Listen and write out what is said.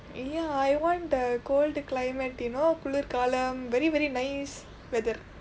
ya I want the cold climate you know குளிர் காலம்:kulir kaalam very very nice weather